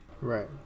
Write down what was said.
right